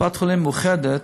קופת-חולים מאוחדת,